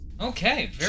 Okay